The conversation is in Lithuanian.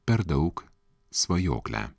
per daug svajoklę